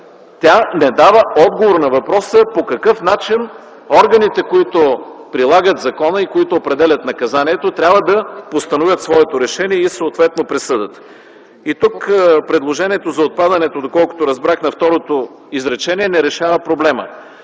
тя не дава отговор на въпроса по какъв начин органите, които прилагат закона и определят наказанието, трябва да постановят своето решение и съответно присъдата. Тук предложението за отпадане на второто изречение не решава проблема.